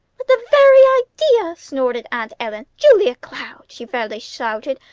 but the very idea! snorted aunt ellen. julia cloud! she fairly shouted.